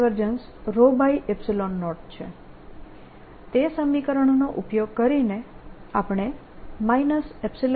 E0 છે તે સમીકરણનો ઉપયોગ કરીને આપણને 00